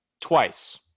twice